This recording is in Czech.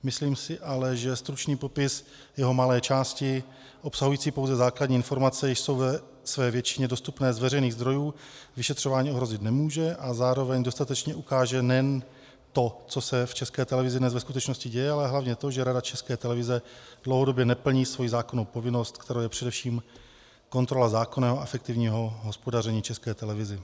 Myslím si ale, že stručný popis jeho malé části, obsahující pouze základní informace, jež jsou ve své většině dostupné z veřejných zdrojů, vyšetřování ohrozit nemůže a zároveň dostatečně ukáže nejen to, co se v České televizi dnes ve skutečnosti děje, ale hlavně to, že Rada České televize dlouhodobě neplní svoji zákonnou povinnost, kterou je především kontrola zákonného a efektivního hospodaření České televize.